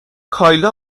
کایلا